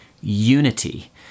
unity